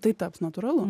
tai taps natūralu